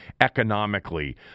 economically